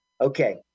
Okay